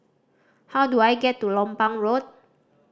how do I get to Lompang Road